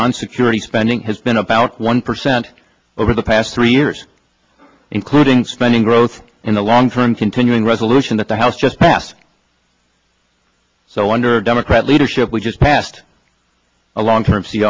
non security spending has been about one percent over the past three years including spending growth in the long term continuing resolution that the house just passed so under democrat leadership we just passed a long term c